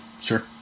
Sure